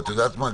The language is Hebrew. ואת יודעת מה,